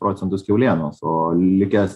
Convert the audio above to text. procentus kiaulienos o likęs